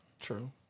True